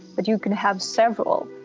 but you can have several,